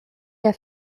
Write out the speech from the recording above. der